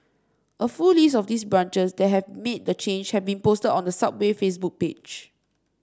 a full list of these branches that have made the change has been posted on the Subway Facebook page